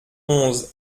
onze